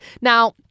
now